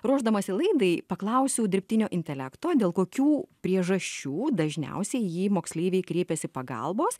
ruošdamasi laidai paklausiau dirbtinio intelekto dėl kokių priežasčių dažniausiai į jį moksleiviai kreipiasi pagalbos